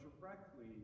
directly